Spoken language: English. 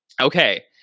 Okay